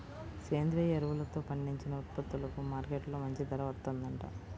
సేంద్రియ ఎరువులతో పండించిన ఉత్పత్తులకు మార్కెట్టులో మంచి ధర వత్తందంట